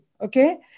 okay